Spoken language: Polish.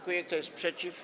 Kto jest przeciw?